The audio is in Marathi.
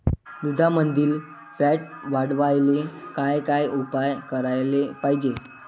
दुधामंदील फॅट वाढवायले काय काय उपाय करायले पाहिजे?